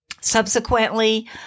Subsequently